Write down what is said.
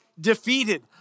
defeated